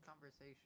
conversation